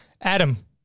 Adam